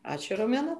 ačiū romena